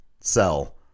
sell